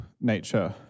nature